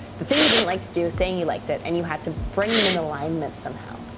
the thing he didn't like to do, saying you liked it and you had to bring them into alignment somehow.